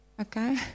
Okay